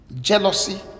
Jealousy